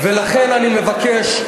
לכן אני מבקש,